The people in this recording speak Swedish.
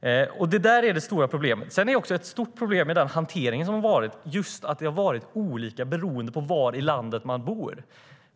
Det är det stora problemet. Sedan är det också ett stort problem med hanteringen. Hanteringen har varit olika beroende på var i landet man bor.